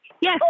Yes